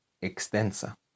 extensa